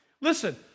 Listen